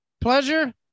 Pleasure